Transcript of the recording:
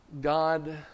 God